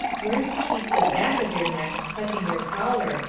learn to keep the back of your neck touching your collar,